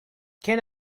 can